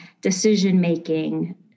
decision-making